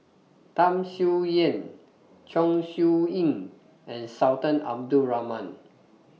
Tham Sien Yen Chong Siew Ying and Sultan Abdul Rahman